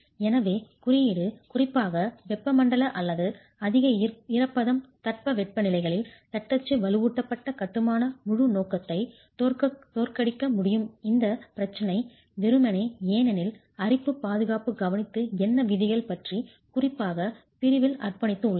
எனவே குறியீடு குறிப்பாக வெப்பமண்டல அல்லது அதிக ஈரப்பதம் தட்பவெப்பநிலைகளில் தட்டச்சு வலுவூட்டப்பட்ட கட்டுமான முழு நோக்கத்தை தோற்கடிக்க முடியும் இந்த பிரச்சனை வெறுமனே ஏனெனில் அரிப்பு பாதுகாப்பு கவனித்து என்ன விதிகள் பற்றி குறிப்பாக பிரிவில் அர்ப்பணித்து உள்ளது